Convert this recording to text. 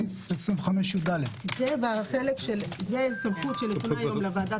סעיף 25יד. זה סמכות שנתונה היום לוועדת